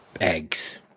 eggs